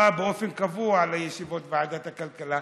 היה בא באופן קבוע לישיבות ועדת הכלכלה,